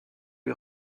lui